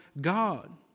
God